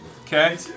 Okay